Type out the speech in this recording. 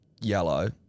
yellow